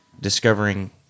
discovering